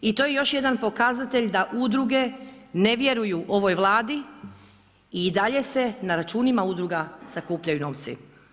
I to je još jedan pokazatelj da udruge ne vjeruju ovoj Vladi i dalje se na računima udruga sakupljaju novci.